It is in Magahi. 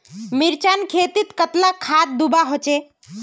मिर्चान खेतीत कतला खाद दूबा होचे?